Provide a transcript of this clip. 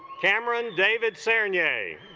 cameron davidson yay